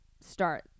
start